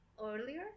earlier